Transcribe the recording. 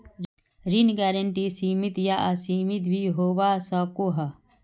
ऋण गारंटी सीमित या असीमित भी होवा सकोह